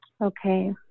Okay